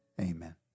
Amen